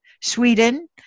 Sweden